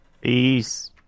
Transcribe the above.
peace